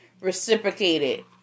reciprocated